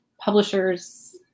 Publishers